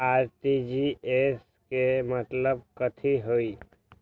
RTGS के मतलब कथी होइ?